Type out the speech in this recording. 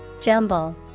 Jumble